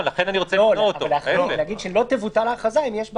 לומר שלא תבוטל הכרזה אלא אם יש בעיה.